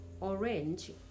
orange